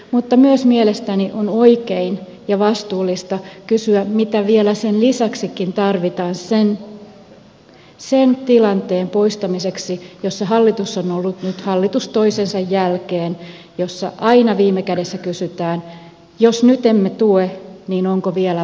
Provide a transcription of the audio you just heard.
mutta myös mielestäni on oikein ja vastuullista kysyä mitä vielä sen lisäksikin tarvitaan sen tilanteen poistamiseksi jossa hallitus on ollut nyt hallitus toisensa jälkeen jossa aina viime kädessä kysytään että jos nyt emme tue niin onko vielä vaarallisempaa